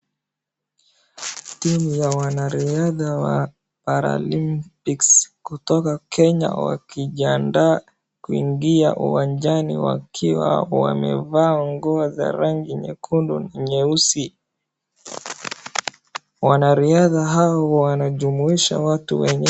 Timu ya wanariadha wa Paralympics kutoka Kenya wakijiandaa kuingia uwanjani wakiwa wamevaa nguo za rangi nyekundu, nyeusi. Wanariadha hao wanajumuisha watu wenye.